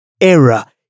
era